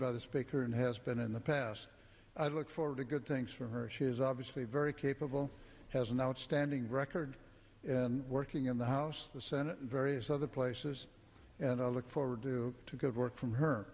by the speaker and has been in the past i look forward to good things for her she is obviously very capable has an outstanding record in working in the house the senate and various other places and i look forward to good work from her